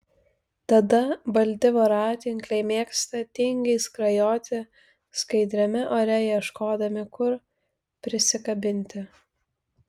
tada balti voratinkliai mėgsta tingiai skrajoti skaidriame ore ieškodami kur prisikabinti